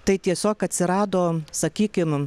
tai tiesiog atsirado sakykim